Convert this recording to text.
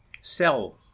cell